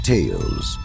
Tales